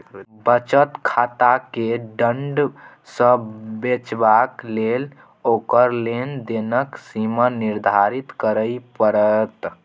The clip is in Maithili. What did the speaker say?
बचत खाताकेँ दण्ड सँ बचेबाक लेल ओकर लेन देनक सीमा निर्धारित करय पड़त